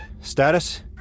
Status